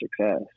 success